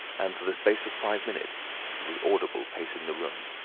and for the space of five minutes he was audible pacing the room.